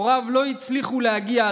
הוריו לא הצליחו להגיע.